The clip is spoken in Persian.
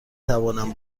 توانم